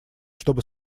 чтобы